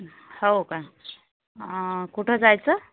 हो का कुठं जायचं